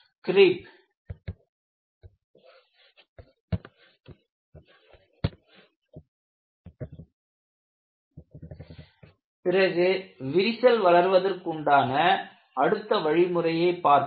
creep பிறகு விரிசல் வளர்வதற்குண்டான அடுத்த வழிமுறையை பார்ப்போம்